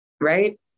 right